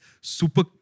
super